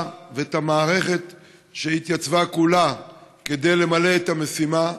ואת המערכת שהתייצבה כולה כדי למלא את המשימה,